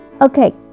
Okay